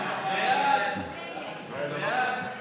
סעיף 8, כהצעת הוועדה,